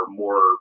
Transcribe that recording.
more